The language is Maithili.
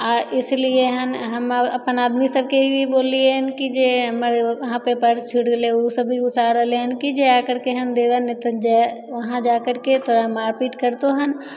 आओर इसलिए हैन हमर अपन आदमी सभके भी बोललियैन कि जे हमर उहाँपर पर्स छुटि गेलय उ सभ भी गुस्सा हो रहलय हन कि जाय करिके हम देबनि नहि तऽ जे उहाँ जा करिके तोरा मारपीट करतौ हन